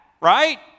right